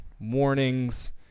warnings